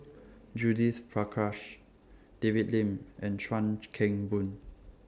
Judith Prakash David Lim and Chuan Keng Boon